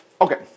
Okay